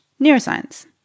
neuroscience